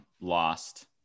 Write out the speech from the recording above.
lost